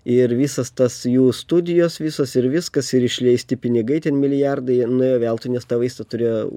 ir visas tas jų studijos visos ir viskas ir išleisti pinigai ten milijardai jie nuėjo veltui nes tą vaistą turėjo